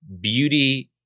beauty